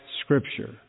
Scripture